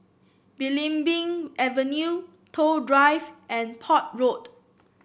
Belimbing Avenue Toh Drive and Port Road